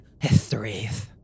histories